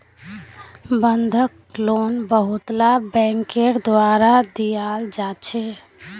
बंधक लोन बहुतला बैंकेर द्वारा दियाल जा छे